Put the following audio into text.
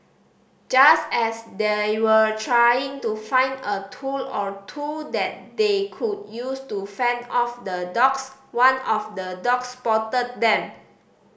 just as they were trying to find a tool or two that they could use to fend off the dogs one of the dogs spotted them